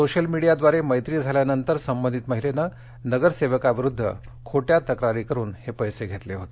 social मिडीयाद्वारे मैत्री झाल्यानंतर संबधित महिलेनं नगरसेवकाविरुद्ध खोट्या तक्रारी करून हे पैसे घेतले होते